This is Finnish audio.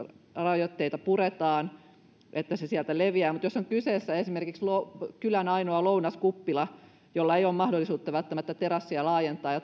rajoitteita puretaan että se sieltä leviää mutta jos on kyseessä esimerkiksi kylän ainoa lounaskuppila jolla ei ole mahdollisuutta välttämättä terassia laajentaa ja